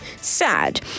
Sad